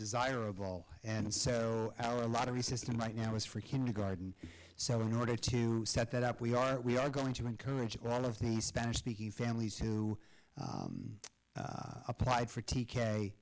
desirable and so our lottery system right now was for kindergarten so in order to set that up we are we are going to encourage all of the spanish speaking families who applied for t